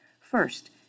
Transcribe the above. First